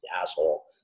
asshole